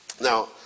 Now